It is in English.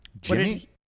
Jimmy